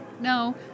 no